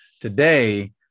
today